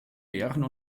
beeren